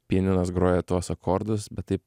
pianinas groja tuos akordus bet tai